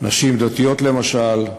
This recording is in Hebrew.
נשים דתיות למשל,